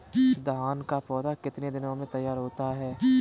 धान का पौधा कितने दिनों में तैयार होता है?